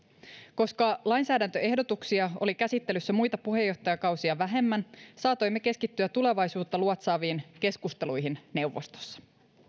koska lainsäädäntöehdotuksia oli käsittelyssä muita puheenjohtajakausia vähemmän saatoimme keskittyä tulevaisuutta luotsaaviin keskusteluihin neuvostossa